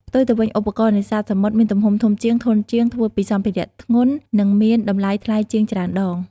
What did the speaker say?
ផ្ទុយទៅវិញ ឧបករណ៍នេសាទសមុទ្រមានទំហំធំជាង ធន់ជាង ធ្វើពីសម្ភារៈធ្ងន់ និងមានតម្លៃថ្លៃជាងច្រើនដង។